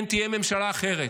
כן, תהיה ממשלה אחרת,